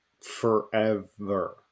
forever